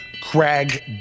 Craig